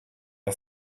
are